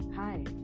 Hi